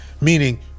meaning